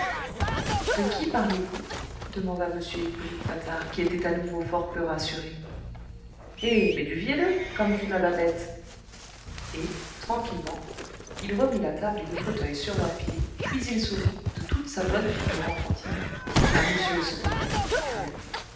de qui parlez-vous demanda m hippolyte patard qui était à nouveau fort peu rassuré eh mais du vielleux comme dit ma babette et tranquillement il remit la table et le fauteuil sur leurs pieds puis il sourit de toute sa bonne figure enfantine à m le secrétaire perpétuel